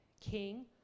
king